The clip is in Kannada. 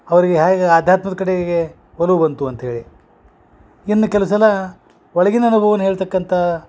ಅವರಿಗೆ ಹ್ಯಾಗೆ ಆಧ್ಯಾತ್ಮದ ಕಡೆಗೆ ಒಲವು ಬಂತು ಅಂತ್ಹೇಳಿ ಇನ್ನು ಕೆಲವು ಸಲಾ ಒಳಗಿನ ಅನುಭವನ್ ಹೇಳ್ತಕ್ಕಂಥ